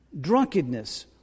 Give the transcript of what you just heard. drunkenness